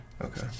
Okay